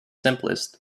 simplest